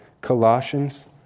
Colossians